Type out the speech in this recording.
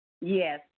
yes